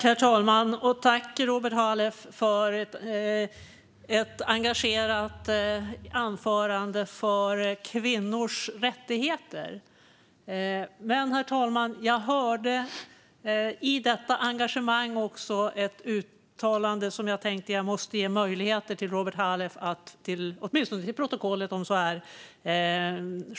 Herr talman! Tack, Robert Halef, för ett engagerat anförande för kvinnors rättigheter! Men, herr talman, jag hörde i detta engagemang ett uttalande som jag tänkte att jag måste ge Robert Halef möjlighet att justera, åtminstone för protokollet.